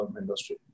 industry